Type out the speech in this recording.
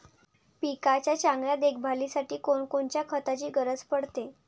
पिकाच्या चांगल्या देखभालीसाठी कोनकोनच्या खताची गरज पडते?